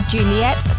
Juliet